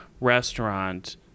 restaurant